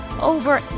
over